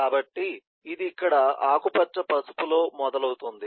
కాబట్టి ఇది ఇక్కడ ఆకుపచ్చ పసుపు లో మొదలవుతుంది